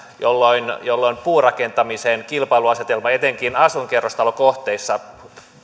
jolloin jolloin puurakentamisen kilpailuasetelma etenkin asuinkerrostalokohteissa